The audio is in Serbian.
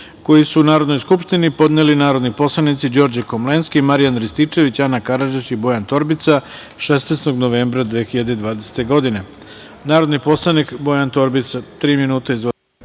koji su Narodnoj skupštini podneli narodni poslanici Đorđe Komlenski, Marijan Rističević, Ana Karadžić i Bojan Torbica, 16. novembra 2020. godine. Da